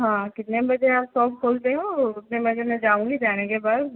हाँ कितने बजे आप सॉप खोलते हो उतने बजे मैं जाऊँगी जाने के बाद